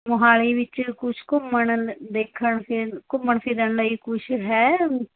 ਮੋਹਾਲੀ ਵਿੱਚ ਕੁਝ ਘੁੰਮਣ ਦੇਖਣ ਫਿਰਨ ਘੁੰਮਣ ਫਿਰਨ ਲਈ ਕੁਝ ਹੈ